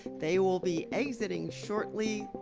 they will be exiting shortly,